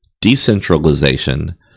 decentralization